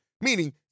Meaning